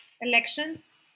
elections